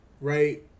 right